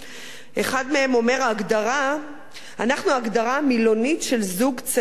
אחד מהם אומר: אנחנו ההגדרה המילונית של זוג צעיר ממוצע,